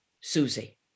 Susie